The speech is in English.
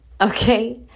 Okay